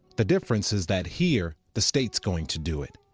the difference is that here the state's going to do it,